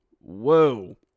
Whoa